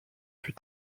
fut